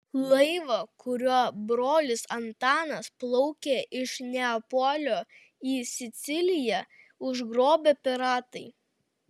laivą kuriuo brolis antanas plaukė iš neapolio į siciliją užgrobė piratai